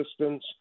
assistance